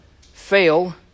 fail